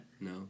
No